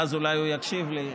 ואז אולי הוא יקשיב לי,